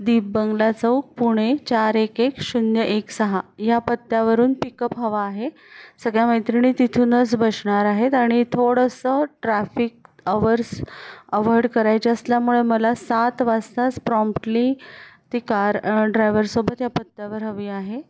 दीप बंगला चौक पुणे चार एक एक शून्य एक सहा या पत्त्यावरून पिकअप हवा आहे सगळ्या मैत्रिणी तिथूनच बसणार आहेत आणि थोडंसं ट्रॅफिक अवर्स अवॉइड करायचे असल्यामुळं मला सात वाजताच प्रॉम्प्टली ती कार ड्रायव्हरसोबत या पत्त्यावर हवी आहे